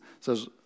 says